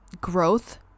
growth